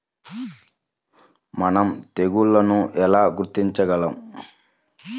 మనం తెగుళ్లను ఎలా గుర్తించగలం?